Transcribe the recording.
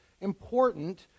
important